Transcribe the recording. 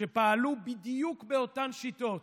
שפעלו בדיוק באותן שיטות